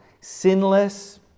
sinless